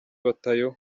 batayo